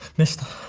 mr.